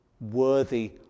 worthy